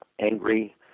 angry